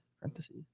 parentheses